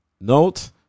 note